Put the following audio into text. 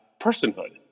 personhood